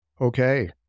Okay